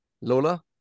Lola